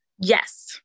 Yes